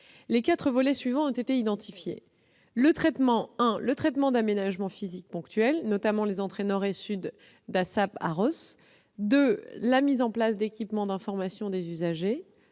Les volets suivants ont été identifiés : le traitement d'aménagements physiques ponctuels, notamment les entrées nord et sud d'Asasp-Arros ; la mise en place d'équipements d'information des usagers